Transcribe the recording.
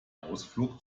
ausflug